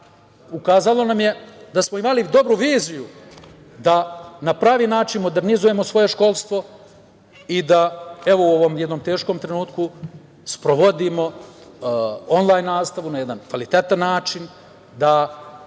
ukazalo nam je da smo imali dobru viziju da na pravi način modernizujemo svoje školstvo i da u ovom jednom teškom trenutku sprovodimo onlajn nastavu na jedan kvalitetan način i